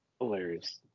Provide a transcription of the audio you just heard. Hilarious